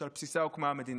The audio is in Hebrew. שעל בסיסה הוקמה המדינה.